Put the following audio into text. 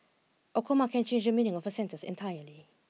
a comma can change the meaning of a sentence entirely